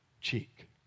cheek